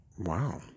Wow